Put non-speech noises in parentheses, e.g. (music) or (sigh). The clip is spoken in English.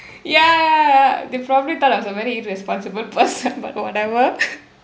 ya they probably thought I was a very irresponsible responsible person but whatever (laughs)